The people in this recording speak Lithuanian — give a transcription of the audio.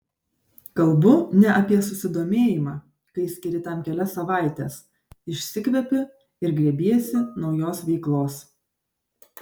kalbu ne apie susidomėjimą kai skiri tam kelias savaites išsikvepi ir grėbiesi naujos veiklos